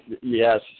Yes